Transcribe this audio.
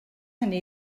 hynny